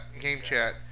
game-chat